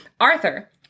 Arthur